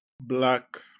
black